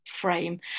frame